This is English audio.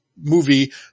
movie